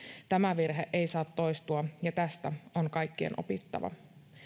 tämä virhe ei saa toistua ja tästä on kaikkien opittava